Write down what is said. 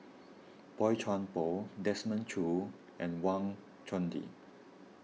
Boey Chuan Poh Desmond Choo and Wang Chunde